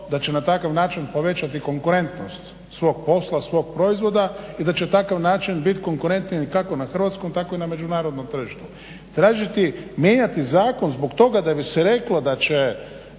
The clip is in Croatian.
da će na takav način povećati konkurentnost svog posla, svog proizvoda i da će takav način bit konkurentniji kako na hrvatskom tako i na međunarodnom tržištu tražiti mijenjati zakon zbog toga da bi se reklo da će